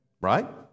Right